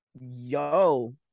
Yo